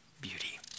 beauty